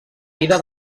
vida